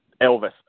Elvis